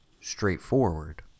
straightforward